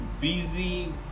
busy